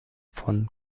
von